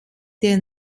der